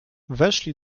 weszli